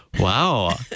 Wow